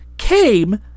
Came